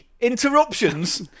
interruptions